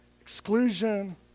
exclusion